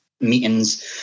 meetings